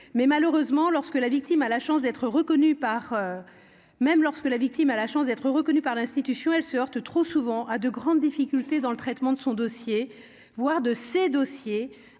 ? Malheureusement, même lorsque la victime a la chance d'être reconnue par l'institution, elle se heurte trop souvent à de grandes difficultés dans le traitement de son dossier, voire de ses dossiers-